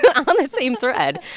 the um the same thread,